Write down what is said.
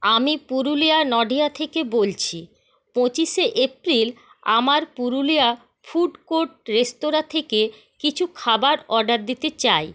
আমি পুরুলিয়া নডিহা থেকে বলছি পঁচিশে এপ্রিল আমার পুরুলিয়া ফুড কোর্ট রেস্তোরাঁ থেকে কিছু খাবার অর্ডার দিতে চাই